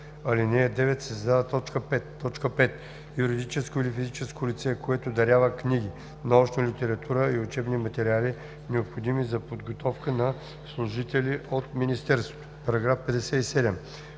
ал. 9 се създава т. 5: „5. юридическо или физическо лице, което дарява книги, научна литература и учебни материали, необходими за подготовка на служителите от министерството.“